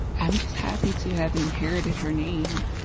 i'm just happy to have inherited her name.